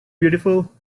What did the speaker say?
beautiful